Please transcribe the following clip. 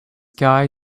guy